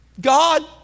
God